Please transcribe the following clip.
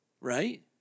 Right